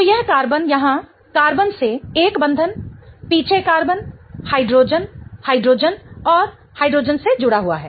तो यह कार्बन यहां कार्बन से एक बंधन पीछे कार्बन हाइड्रोजन हाइड्रोजन और हाइड्रोजन से जुड़ा हुआ है